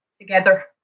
together